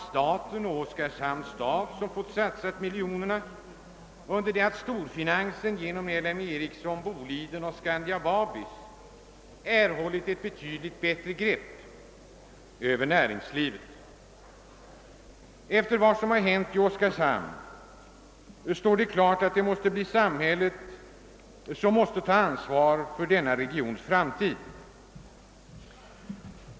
Staten och Oskarshamns stad har fått satsa miljonerna, under det att storfinansen genom LM Ericsson, Boliden och Scania-Vabis fått ett betydligt bättre grepp över näringslivet. Efter vad som hänt i Oskarshamn står det klart att samhället måste ta ansvaret för denna regions framtid.